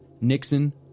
Nixon